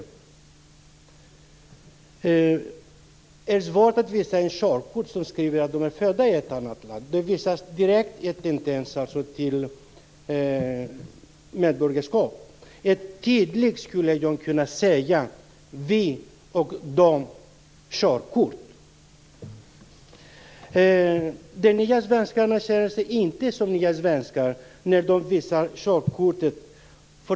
Det är svårt att visa upp ett körkort där det hänvisas till att man är född i ett annat land, inte till det medborgarskap som man har. Vi skulle här kunna tala om "vi-körkort" och "dom-körkort". De nya svenskarna känner sig inte som nya svenskar när de visar körkortet.